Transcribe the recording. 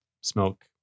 smoke